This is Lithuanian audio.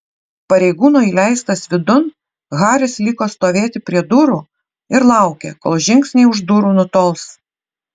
pareigūno įleistas vidun haris liko stovėti prie durų ir laukė kol žingsniai už durų nutols